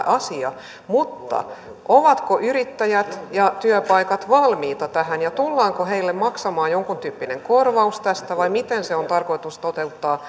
asia mutta ovatko yrittäjät ja työpaikat valmiita tähän ja tullaanko heille maksamaan jonkuntyyppinen korvaus tästä vai miten se on tarkoitus toteuttaa